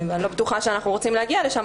אני לא בטוחה שאנחנו רוצים להגיע לשם,